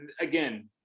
again